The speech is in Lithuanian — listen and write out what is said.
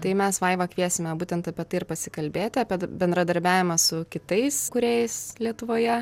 tai mes vaivą kviesime būtent apie tai ir pasikalbėti apie bendradarbiavimą su kitais kūrėjais lietuvoje